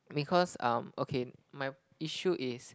because um okay my issue is